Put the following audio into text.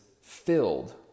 filled